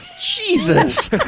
Jesus